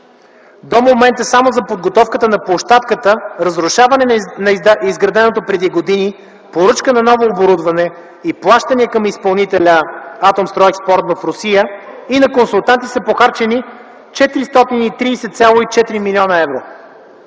До момента само за подготовката на площадката, разрушаване на изграденото преди години, поръчка на ново оборудване и плащания към изпълнителя „Атомстройекспорт” в Русия и на консултанти са похарчени 430,4 млн. евро.